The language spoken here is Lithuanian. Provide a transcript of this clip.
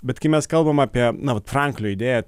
bet kai mes kalbam apie na vat franklio idėja